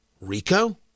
Rico